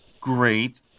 great